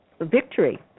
victory